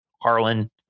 Harlan